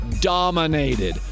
dominated